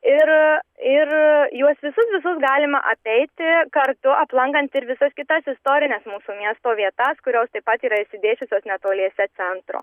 ir ir juos visus visus galima apeiti kartu aplankant ir visas kitas istorines mūsų miesto vietas kurios taip pat yra išsidėsčiusios netoliese centro